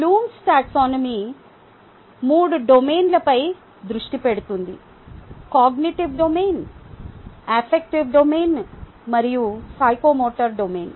Bloom's taxonomy TAXONOMY 3 డొమైన్లపై దృష్టి పెడుతుంది కాగ్నిటివ్ డొమైన్ ఎఫెక్టివ్ డొమైన్ మరియు సైకోమోటర్ డొమైన్